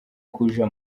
kuja